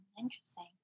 Interesting